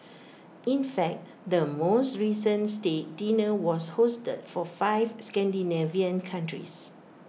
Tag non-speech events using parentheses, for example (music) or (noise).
(noise) in fact the most recent state dinner was hosted for five Scandinavian countries